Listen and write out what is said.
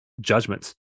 judgments